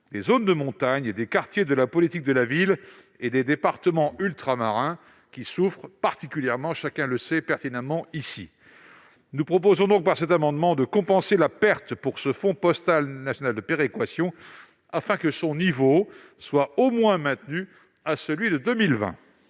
des zones de montagne, des quartiers de la politique de la ville et des départements ultramarins, qui souffrent particulièrement, chacun le sait ici. Nous proposons donc, par cet amendement, de compenser la perte pour le Fonds postal national de péréquation territoriale afin que celui-ci soit au moins maintenu à son niveau de 2020.